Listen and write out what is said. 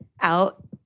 out